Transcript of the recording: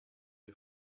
you